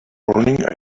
morning